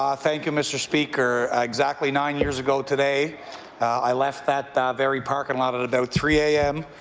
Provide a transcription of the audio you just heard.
um thank you mr. speaker. exactly nine years ago today i left that very parking lot at about three a m.